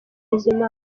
bizimana